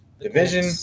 Division